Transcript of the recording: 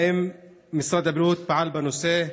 האם משרד הבריאות פעל בנושא?